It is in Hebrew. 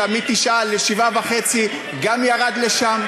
1.5% של מ-9 ל-7.5 גם ירד לשם.